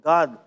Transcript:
God